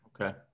Okay